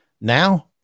Now